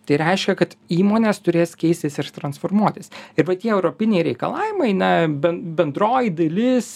tai reiškia kad įmonės turės keistis ir transformuotis ir va tie europiniai reikalavimai ne ben bendroji dalis